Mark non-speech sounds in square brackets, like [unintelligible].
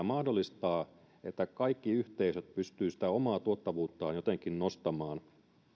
[unintelligible] mahdollistaa että kaikki yhteisöt pystyvät sitä omaa tuottavuuttaan jotenkin nostamaan